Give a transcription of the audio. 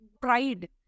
pride